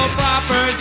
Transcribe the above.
proper